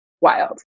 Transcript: wild